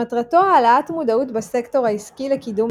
שמטרתו העלאת המודעות בסקטור העסקי לקידום